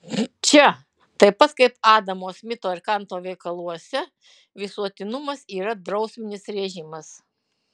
čia taip pat kaip adamo smito ir kanto veikaluose visuotinumas yra drausminis režimas